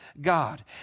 God